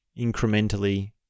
incrementally